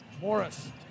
Morris